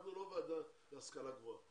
אנחנו לא ועדה להשכלה גבוהה.